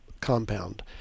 compound